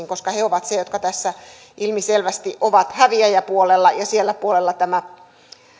koska he ovat ne jotka tässä ilmiselvästi ovat häviäjäpuolella ja siellä puolella tämä